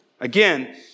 Again